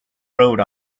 road